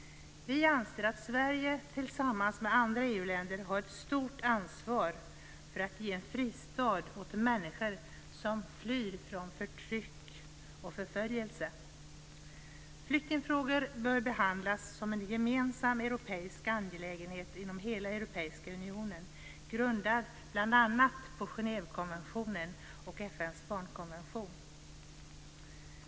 Vi anser att Sverige tillsammans med andra EU länder har ett stort ansvar för att ge en fristad åt människor som flyr från förtryck och förföljelse. Flyktingfrågor bör behandlas som en gemensam europeisk angelägenhet inom hela Europeiska unionen, grundat bl.a. på Genèvekonventionen och FN:s barnkonvention.